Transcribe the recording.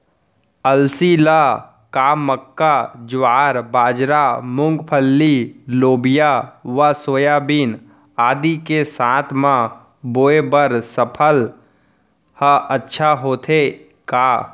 अलसी ल का मक्का, ज्वार, बाजरा, मूंगफली, लोबिया व सोयाबीन आदि के साथ म बोये बर सफल ह अच्छा होथे का?